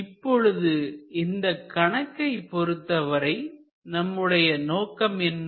இப்பொழுது இந்தக் கணக்கை பொருத்தவரை நம்முடைய நோக்கம் என்ன